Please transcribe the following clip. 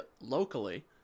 locally